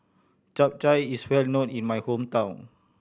Chap Chai is well known in my hometown